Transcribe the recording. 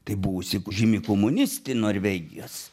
taip buvusi žymi komunistė norvegijos